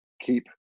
keep